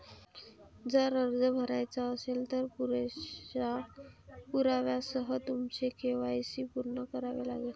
जर अर्ज भरायचा असेल, तर पुरेशा पुराव्यासह तुमचे के.वाय.सी पूर्ण करावे लागेल